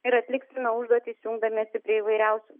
ir atliksime užduotis jungdamiesi prie įvairiausių